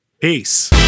Peace